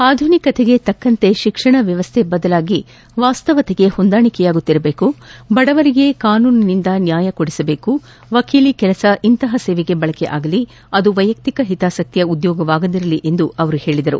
ಆಧುನಿಕತೆಗೆ ತಕ್ಕಂತೆ ಶಿಕ್ಷಣ ವ್ಯವಸ್ಥ ಬದಲಾಗಿ ವಾಸ್ತವತೆಗೆ ಹೊಂದಾಣಿಕೆಯಾಗುತ್ತಿರಬೇಕು ಬಡವರಿಗೆ ಕಾನೂನಿನಿಂದ ನ್ಮಾಯಕೊಡಿಸಬೇಕು ವಕೀಲಿ ಕೆಲಸ ಇಂತಹ ಸೇವೆಗೆ ಬಳಕೆ ಆಗಲಿ ಆದು ವೈಯಕ್ತಿಕ ಹಿತಾಸಕ್ತಿಯ ಉದ್ಯೋಗವಾಗದಿರಲಿ ಎಂದು ಅವರು ಹೇಳಿದರು